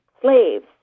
slaves